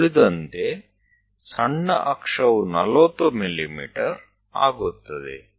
બીજી ગૌણ અક્ષ 40 mm છે